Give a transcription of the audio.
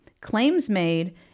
claims-made